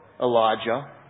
Elijah